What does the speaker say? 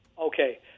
Okay